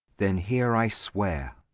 then here i swear,